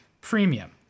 premium